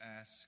ask